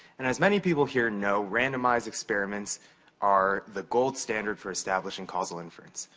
and as many people here know, randomized experiments are the gold standard for establishing causal inference.